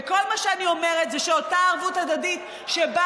וכל מה שאני אומרת זה שאותה ערבות הדדית שבה